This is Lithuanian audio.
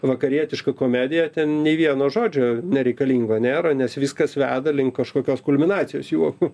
vakarietišką komediją ten nei vieno žodžio nereikalingo nėra nes viskas veda link kažkokios kulminacijos juoku